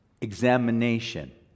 examination